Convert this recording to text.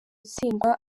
utsindwa